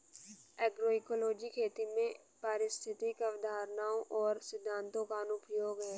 agroecology खेती में पारिस्थितिक अवधारणाओं और सिद्धांतों का अनुप्रयोग है